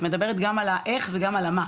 את מדברת גם על ה'איך' וגם על ה'מה',